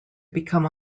become